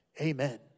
Amen